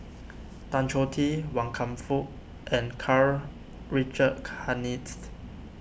Tan Choh Tee Wan Kam Fook and Karl Richard Hanitsch